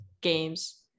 games